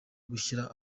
gushyira